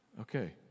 Okay